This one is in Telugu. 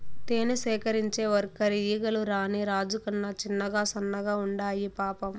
తేనె సేకరించే వర్కర్ ఈగలు రాణి రాజు కన్నా చిన్నగా సన్నగా ఉండాయి పాపం